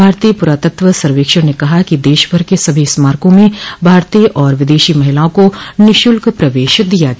भारतीय पुरातत्व सर्वेक्षण न कहा है कि देशभर के सभी स्मारकों में भारतीय और विदेशी महिलाओं को निःशुल्क प्रवेश दिया गया